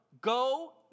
Go